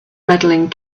medaling